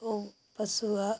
वह पशुहार